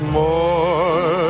more